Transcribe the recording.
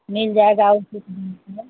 मिल जाएगा और